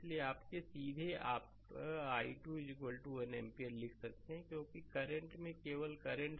इसलिए आपके सीधे आप i2 1 एम्पीयर लिख सकते हैं क्योंकि करंट में केवल करंट सोर्स इस मेष में है